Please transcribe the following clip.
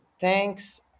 thanks